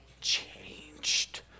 changed